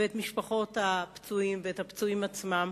ואת משפחות הפצועים, ואת הפצועים עצמם,